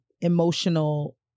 emotional